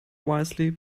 wisely